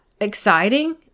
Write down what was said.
exciting